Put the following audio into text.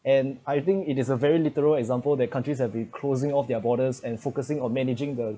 and I think it is a very literal example that countries have be closing off their borders and focusing on managing the